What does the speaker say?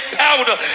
powder